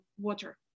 water